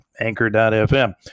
anchor.fm